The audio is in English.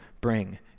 bring